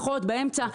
פחות או באמצע,